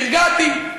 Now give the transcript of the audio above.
נרגעתי.